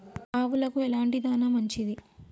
ఆవులకు ఎలాంటి దాణా మంచిది?